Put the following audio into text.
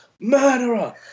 murderer